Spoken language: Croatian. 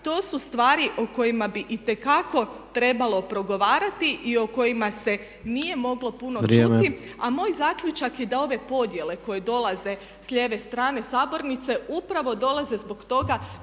To su stvari o kojima bi itekako trebalo progovarati i o kojima se nije moglo puno čuti. A moj zaključak je da ove podjele koje dolaze sa lijeve strane sabornice upravo dolaze zbog toga